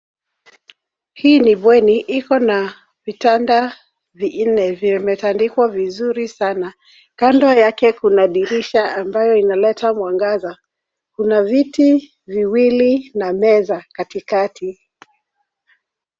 Hii ni bweni ikona vitanda vinne vimetandikwa vizuri sana. Kando yake kuna dirisha ambayo inaleta mwangaza. Kuna viti viwili na meza katikati.